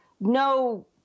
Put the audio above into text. no